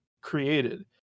created